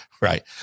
right